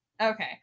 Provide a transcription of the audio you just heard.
Okay